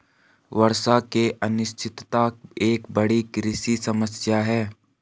वर्षा की अनिश्चितता एक बड़ी कृषि समस्या है